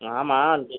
ஆமாம்